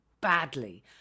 badly